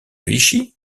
vichy